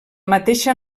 mateixa